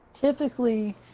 Typically